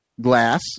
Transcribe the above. glass